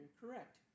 correct